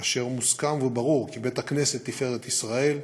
כאשר מוסכם וברור כי בית-הכנסת "תפארת ישראל",